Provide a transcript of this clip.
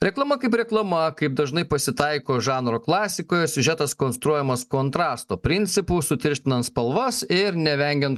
reklama kaip reklama kaip dažnai pasitaiko žanro klasikoje siužetas konstruojamas kontrasto principu sutirštinant spalvas ir nevengiant